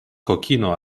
kokino